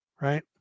Right